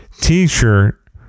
T-shirt